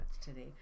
today